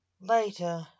Later